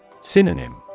Synonym